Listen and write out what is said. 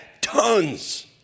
tons